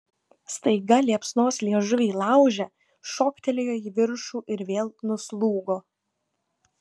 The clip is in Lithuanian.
staiga liepsnos liežuviai lauže šoktelėjo į viršų ir vėl nuslūgo